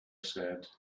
said